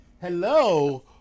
Hello